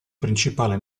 principale